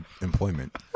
employment